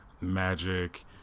magic